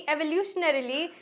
Evolutionarily